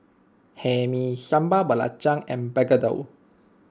Hae Mee Sambal Belacan and Begedil